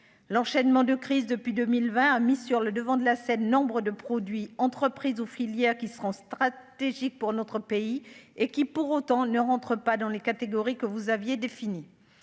l'enchaînement de crise depuis 2020, a mis sur le devant de la scène nombres de produits entreprises aux filières qui seront stratégique pour notre pays et qui pour autant ne rentre pas dans les catégories que vous aviez défini